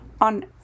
on